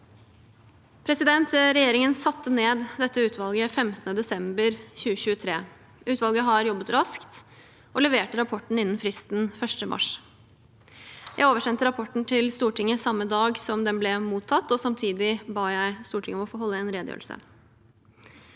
Regjeringen satte ned dette utvalget 15. desember 2023. Utvalget har jobbet raskt og leverte rapporten innen fristen 1. mars. Jeg oversendte rapporten til Stortinget samme dag som den ble mottatt, og samtidig ba jeg Stortinget om å få holde en redegjørelse.